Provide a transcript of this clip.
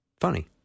funny